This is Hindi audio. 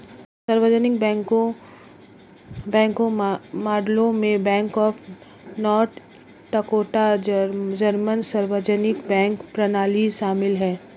सार्वजनिक बैंकिंग मॉडलों में bank of North Dakota German सार्वजनिक बैंक प्रणाली शामिल है